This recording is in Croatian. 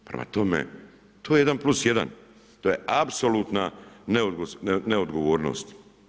Prema tome to je 1+1. To je apsolutna neodgovornost.